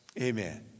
Amen